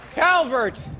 Calvert